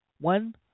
one